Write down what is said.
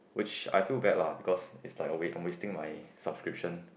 which i feel bad lah because is like a was~ I'm wasting my subscription